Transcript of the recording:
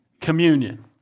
Communion